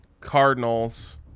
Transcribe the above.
Cardinals